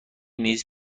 نیز